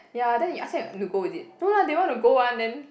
ya then you ask them to go is it no lah they want to go one then